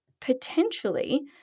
potentially